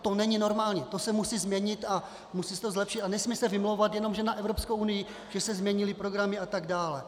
To není normální, to se musí změnit, musí se to zlepšit, nesmí se vymlouvat jenom na Evropskou unii, že se změnily programy atd.